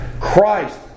Christ